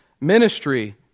ministry